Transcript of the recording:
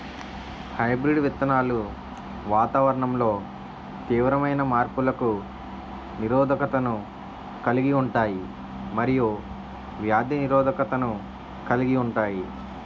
hybrid విత్తనాలు వాతావరణంలో తీవ్రమైన మార్పులకు నిరోధకతను కలిగి ఉంటాయి మరియు వ్యాధి నిరోధకతను కలిగి ఉంటాయి